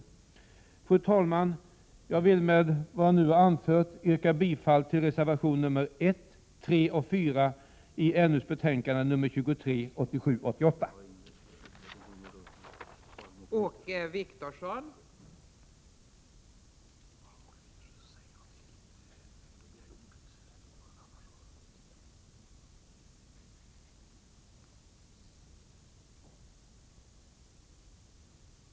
Fru talman! Jag vill med vad jag nu anfört yrka bifall till reservationerna 1, 3 och 4 i näringsutskottets betänkande 1987/88:23.